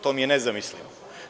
To mi je nezamislivo.